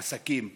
עסקים קורסים,